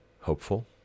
hopeful